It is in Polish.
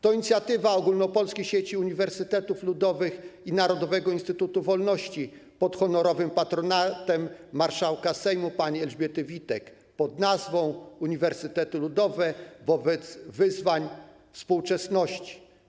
To inicjatywa ogólnopolskiej sieci uniwersytetów ludowych i Narodowego Instytutu Wolności pod honorowym patronatem marszałka Sejmu pani Elżbiety Witek pn. ˝Uniwersytety ludowe wobec wyzwań współczesności˝